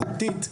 מהותית,